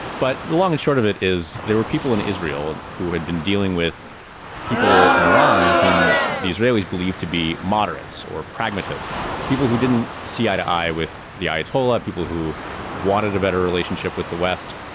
but the long and short of it is there were people in israel who had been dealing with people in iran whom the israelis believed to be moderates or pragmatists, people who didn't see eye to eye with the ayatollah. people who wanted a better relationship with the west.